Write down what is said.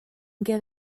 get